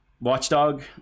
Watchdog